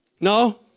No